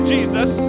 Jesus